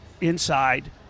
inside